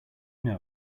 know